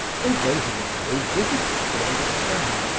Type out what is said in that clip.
although he was very difficult to understand,